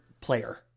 player